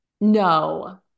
No